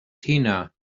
tina